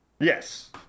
Yes